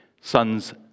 sons